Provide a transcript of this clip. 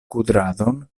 kudradon